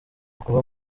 kuba